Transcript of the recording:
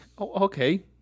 Okay